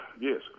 yes